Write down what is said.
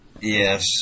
Yes